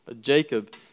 Jacob